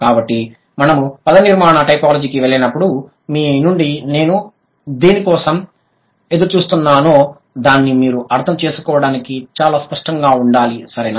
కాబట్టి మనము పదనిర్మాణ టైపోలాజీకి వెళ్ళినప్పుడు మీ నుండి నేను దేని కోసం ఎదురుచూస్తున్నానో దాన్ని మీరు అర్థం చేసుకోవడానికి చాలా స్పష్టంగా ఉండాలి సరేనా